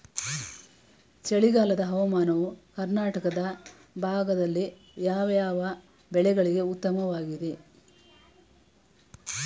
ಚಳಿಗಾಲದ ಹವಾಮಾನವು ಕರ್ನಾಟಕದ ಭಾಗದಲ್ಲಿ ಯಾವ್ಯಾವ ಬೆಳೆಗಳಿಗೆ ಉತ್ತಮವಾಗಿದೆ?